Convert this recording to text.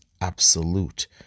absolute